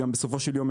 בסופו של יום,